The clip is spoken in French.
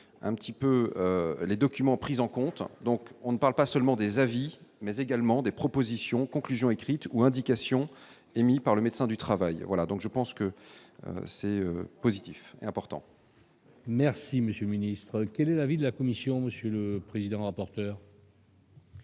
un petit peu les documents prises en compte, donc on ne parle pas seulement des avis, mais également des propositions conclusions écrites ou indication émis par le médecin du travail, voilà, donc je pense que c'est positif et important. Merci monsieur le ministre, quel est l'avis de la Commission, monsieur le président, rapporteur.